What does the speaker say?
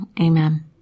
Amen